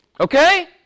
Okay